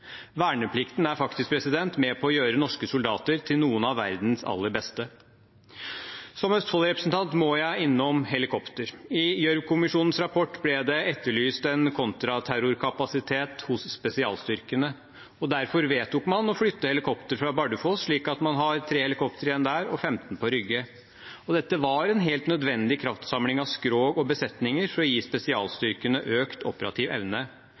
Verneplikten er faktisk med på å gjøre norske soldater til noen av verdens aller beste. Som Østfold-representant må jeg innom helikopter. I Gjørv-kommisjonens rapport ble det etterlyst en kontraterrorkapasitet hos spesialstyrkene, og derfor vedtok man å flytte helikopter fra Bardufoss, slik at man har 3 helikopter igjen der og 15 på Rygge. Dette var en helt nødvendig kraftsamling av skrog og besetninger for å gi spesialstyrkene økt operativ evne.